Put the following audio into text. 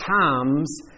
times